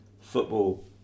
football